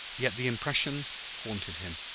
yet the impression haunted him,